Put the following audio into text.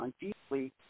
deeply